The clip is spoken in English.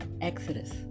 Exodus